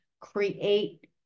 create